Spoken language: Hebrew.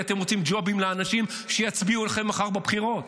כי אתם רוצים ג'ובים לאנשים שיצביעו לכם מחר בבחירות.